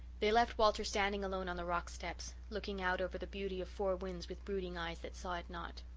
they left walter standing alone on the rock steps, looking out over the beauty of four winds with brooding eyes that saw it not.